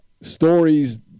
stories